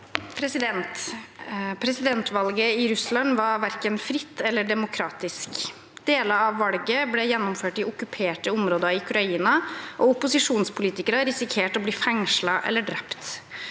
«Presidentvalget i Russ- land var hverken fritt eller demokratisk. Deler av valget ble gjennomført i okkuperte områder i Ukraina, og opposisjonspolitikere risikerte å bli fengslet og drept.